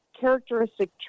characteristic